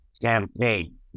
campaign